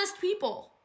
people